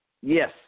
Yes